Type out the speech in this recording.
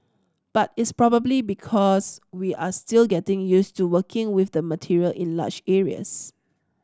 but it's probably because we are still getting used to working with the material in large areas